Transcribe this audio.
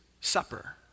supper